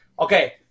Okay